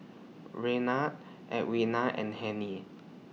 Raynard Edwina and Hennie